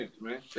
man